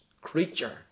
creature